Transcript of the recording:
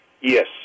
Yes